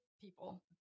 people